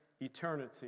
eternity